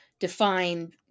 define